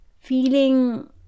feeling